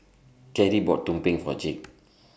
Carie bought Tumpeng For Jake